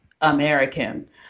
American